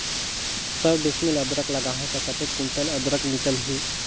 सौ डिसमिल अदरक लगाहूं ता कतेक कुंटल अदरक निकल ही?